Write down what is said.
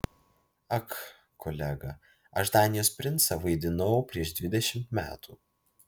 ak kolega aš danijos princą vaidinau prieš dvidešimt metų